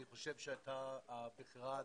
אני חושב שאתה הבחירה הנכונה.